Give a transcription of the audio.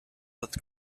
with